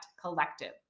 Collective